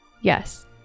yes